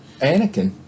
Anakin